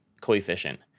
coefficient